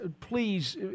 please